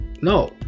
No